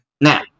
Now